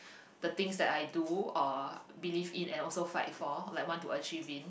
the things that I do or believe in and also fight for like want to achieve in